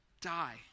die